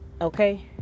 Okay